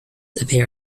appear